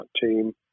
team